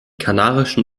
kanarischen